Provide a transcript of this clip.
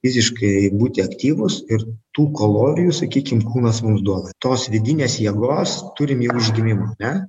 fiziškai būti aktyvūs ir tų kolorijų sakykim kūnas mums duoda tos vidinės jėgos turim jau iš gimimo ne